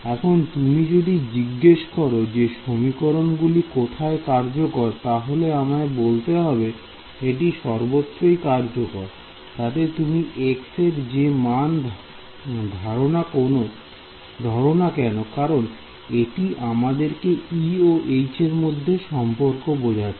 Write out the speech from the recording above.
এখন তুমি যদি জিজ্ঞেস করো এই সমীকরণ গুলি কোথায় কার্যকর তাহলে আমায় বলতে হবে এটি সর্বত্রই কার্যকর তাতে তুমি x এর যে মান ই ধরো কারণ এটি আমাদেরকে E ও H এর মধ্যে সম্পর্ক বোঝাচ্ছে